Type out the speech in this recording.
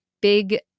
big